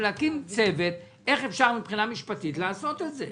צריך להקים צוות שיחשוב איך אפשר מבחינה משפטית לעשות את זה.